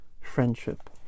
friendship